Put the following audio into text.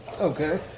Okay